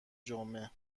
جمعه